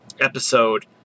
episode